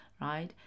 right